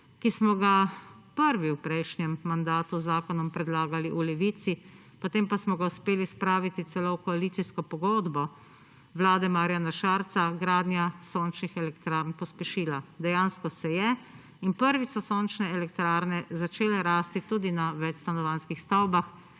ki smo ga prvi v prejšnjem mandatu z zakonom predlagali v Levici, potem pa smo ga uspeli spraviti celo v koalicijsko pogodbo Vlade Marjana Šarca, gradnja sončnih elektrarn pospešila. Dejansko se je in prvič so sončne elektrarne začele rasti tudi na večstanovanjskih stavbah.